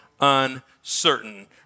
uncertain